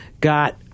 got